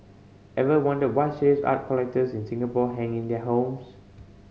ever wondered what serious art collectors in Singapore hang in their homes